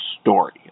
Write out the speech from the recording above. story